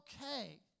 okay